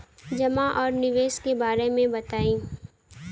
जमा और निवेश के बारे मे बतायी?